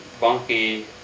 Bunky